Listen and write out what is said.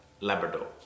Labrador